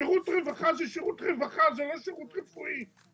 שירות רווחה זה שירות רווחה, זה לא שירות רפואי.